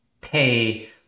pay